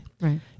right